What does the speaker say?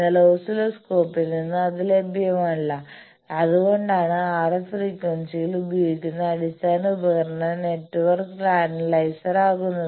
എന്നാൽ ഓസിലോസ്കോപ്പിൽ നിന്ന് അത് ലഭ്യമല്ല അതുകൊണ്ടാണ് RF ഫ്രീക്വൻസിയിൽ ഉപയോഗിക്കുന്ന അടിസ്ഥാന ഉപകരണം നെറ്റ്വർക്ക് അനലൈസർ ആകുന്നത്